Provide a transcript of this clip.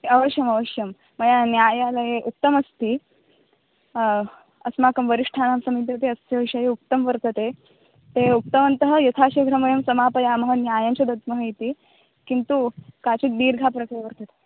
अवश्यम् अवश्यं मया न्यायालये उक्तमस्ति अस्माकं वरिष्ठानां समीपे अस्य विषयम् उक्तं वर्तते ते उक्तवन्तः यथा शीघ्रं वयं समापयामः न्यायं च दद्मः इति किन्तु काचित् दीर्घा प्रक्रिया वर्तते